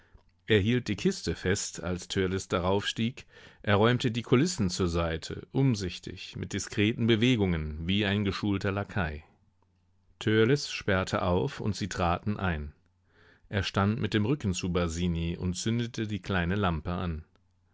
hielt die kiste fest als törleß daraufstieg er räumte die kulissen zur seite umsichtig mit diskreten bewegungen wie ein geschulter lakai törleß sperrte auf und sie traten ein er stand mit dem rücken zu basini und zündete die kleine lampe an